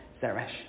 Zeresh